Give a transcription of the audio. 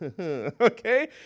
okay